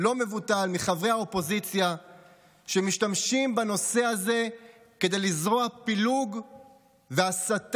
לא מבוטל מחברי האופוזיציה שמשתמשים בנושא הזה כדי לזרוע פילוג והסתה